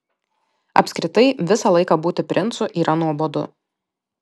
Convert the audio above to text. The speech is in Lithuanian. apskritai visą laiką būti princu yra nuobodu